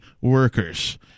workers